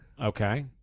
Okay